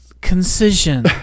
concision